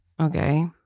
Okay